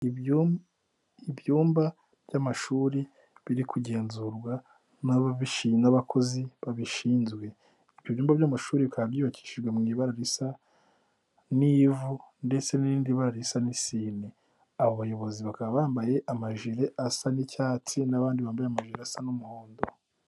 Ibyumba by'amashuri biri kugenzurwa n'abakozi babishinzwe. Ibi byumba by'amashuri bikaba byubakishijwe mu ibara risa n'ivu ndetse n'irindi bara risa n'isine. Abo bayobozi bakaba bambaye amajile asa n'icyatsi n'abandi bambaye amajile asa n'umuhondo.